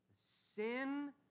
sin